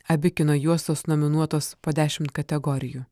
abi kino juostos nominuotos po dešimt kategorijų